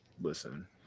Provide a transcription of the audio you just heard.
listen